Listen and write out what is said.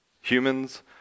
Humans